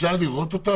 אפשר לראות אותה?